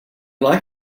like